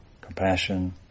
compassion